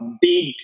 big